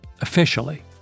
officially